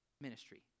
ministry